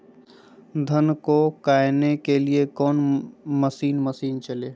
धन को कायने के लिए कौन मसीन मशीन चले?